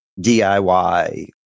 DIY